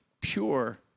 pure